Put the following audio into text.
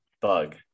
bug